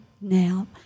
now